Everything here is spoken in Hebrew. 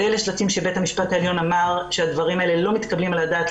ואלה שלטים שבית המשפט העליון אמר שהדברים האלה לא מתקבלים על הדעת.